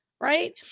Right